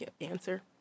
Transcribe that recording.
answer